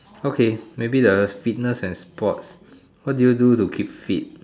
okay maybe the fitness and sports what do you do to keep fit